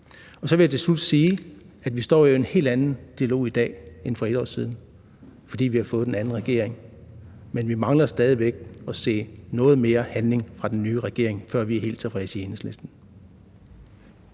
Så vil jeg til slut sige, at vi jo står i en helt anden dialog i dag end for et år siden, fordi vi har fået en anden regering. Men vi mangler stadig at se noget mere handling fra den nye regering, før vi er helt tilfredse i Enhedslisten.